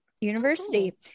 University